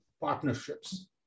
partnerships